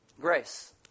Grace